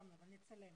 התקציב.